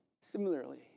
Similarly